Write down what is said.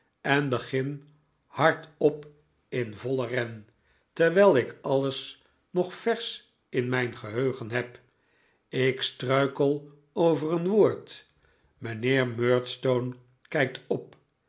en begin hardop in vollen ren terwijl ik alles nog versch in mijn geheugen heb ik struikel over een woord mijnheer murdstone kijkt op